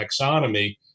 taxonomy